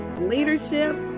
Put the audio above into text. leadership